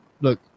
look